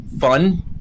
fun